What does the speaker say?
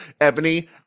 Ebony